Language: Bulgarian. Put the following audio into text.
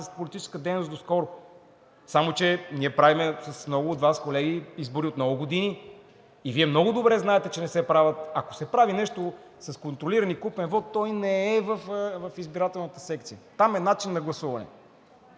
с политическа дейност доскоро. Само че ние правим с много от Вас, колеги, избори от много години. И Вие много добре знаете, че ако се прави нещо с контролиран и купен вот, той не е в избирателната секция – там е начин на гласуване.